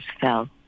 fell